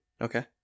okay